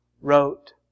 wrote